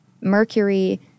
Mercury